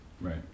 Right